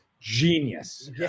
genius